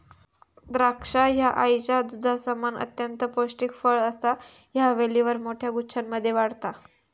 द्राक्षा ह्या आईच्या दुधासमान अत्यंत पौष्टिक फळ असा ह्या वेलीवर मोठ्या गुच्छांमध्ये वाढता